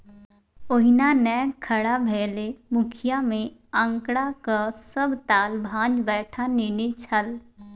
ओहिना नै खड़ा भेलै मुखिय मे आंकड़ाक सभ ताल भांज बैठा नेने छल